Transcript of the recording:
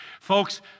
Folks